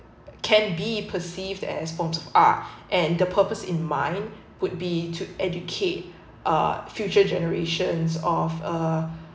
can be perceived as forms art and the purpose in mind would be to educate uh future generations of uh